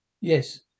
Yes